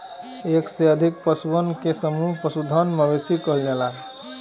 एक से अधिक पशुअन के समूह के पशुधन, मवेशी कहल जाला